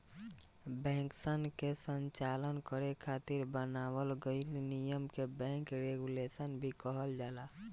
बैंकसन के संचालन करे खातिर बनावल गइल नियम के बैंक रेगुलेशन भी कहल जाला